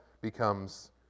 becomes